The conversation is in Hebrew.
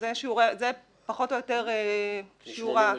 זה פחות או יותר שיעור --- מ-88,000?